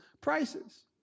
prices